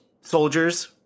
soldiers